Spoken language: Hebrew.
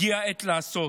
הגיעה העת לעשות.